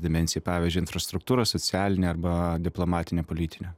dimensiją pavyzdžiui infrastruktūrą socialinę arba diplomatinę politinę